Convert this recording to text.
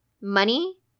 money